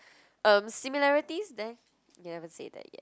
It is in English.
um similarities there you haven't say that yet